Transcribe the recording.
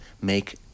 make